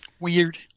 Weird